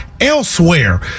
elsewhere